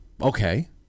Okay